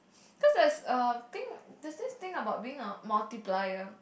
cause there is a thing there is this thing about being a multiplier